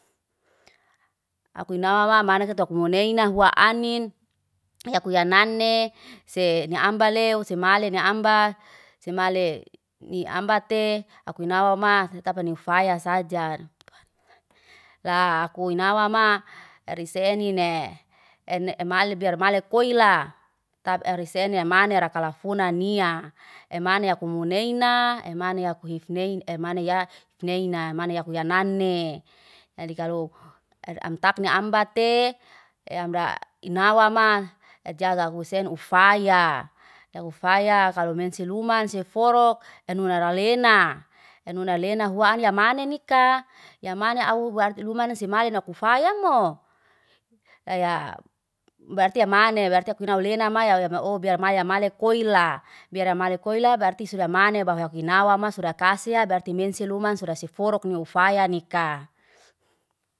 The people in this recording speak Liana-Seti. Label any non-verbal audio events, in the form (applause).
Akui nawa mane setu, akumu neina hua anin, (hesitation) yaku yak nane, se ni ambale usemale ni ambal. Usemale ni ambal te, akuinawa ma, utafani ufaya sajaa. La akui nawama riseni ne, en mali, biar male koila, tap en risene en mani rakalafuna nia. En mane akumu neini, en mane akuhif nei (hesitation) em mana ya ifneina. Em mana ya nani, jadi kalo er (hesitation) am takni ambate, e amra inawa ma. Jaga husen ufayaa. Kalo mense luman si forok, en munaraa lenaa. En muna lena hua anin ya mani ni'kaa. Ya mani au' bu arti luman si maya na kufayam'moo. Eybb (hesitation) berarti amane, berarti akui aulena maya ew (hesitation) obe maya awe obe maya malek koila. Biar aumalek koila, berarti suda amane bahwa akuinayama suda kaseya, berarti mensen luman suda siforuk ni ufaya nika.